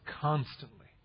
constantly